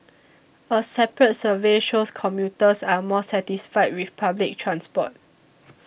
a separate survey shows commuters are more satisfied with public transport